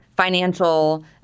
financial